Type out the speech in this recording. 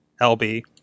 LB